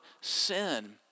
sin